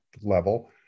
level